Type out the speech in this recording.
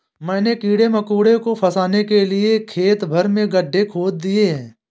मैंने कीड़े मकोड़ों को फसाने के लिए खेत भर में गड्ढे खोद दिए हैं